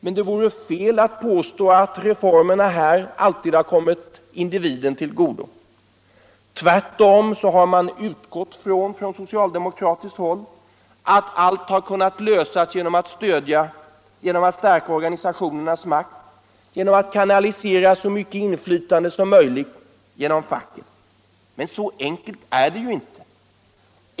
Men det vore fel att påstå att reformerna här alltid kommit individen till godo. Tvärtom har man på socialdemokratiskt håll utgått från att allt kan lösas genom att man stärker organisationernas makt, genom att man kanaliserar så mycket inflytande som möjligt genom facket. Men så enkelt är det ju inte.